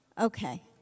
Okay